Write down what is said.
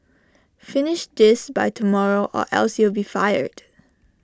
finish this by tomorrow or else you'll be fired